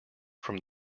from